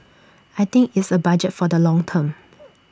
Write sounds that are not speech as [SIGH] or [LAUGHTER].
I think it's A budget for the long term [NOISE]